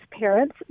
parents